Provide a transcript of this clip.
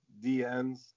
DNs